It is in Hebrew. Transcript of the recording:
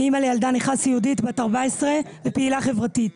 אני אימא לילדה נכה סיעודית בת 14 ופעילה חברתית.